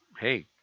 hey